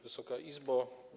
Wysoka Izbo!